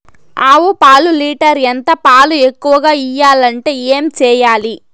ఆవు పాలు లీటర్ ఎంత? పాలు ఎక్కువగా ఇయ్యాలంటే ఏం చేయాలి?